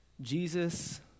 Jesus